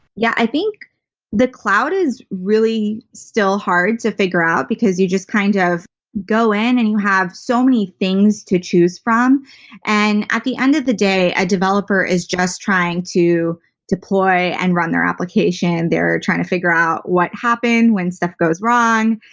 yeah, i think the cloud is really still hard to figure out because you just kind of go in and you have so many things to choose from and at the end of the day, a developer is just trying to deploy and run their application, they're trying to figure out what happened when stuff goes wrong.